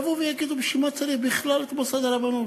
יבואו ויגידו: בשביל מה צריך בכלל את מוסד הרבנות?